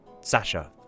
Sasha